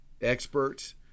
experts